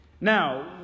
Now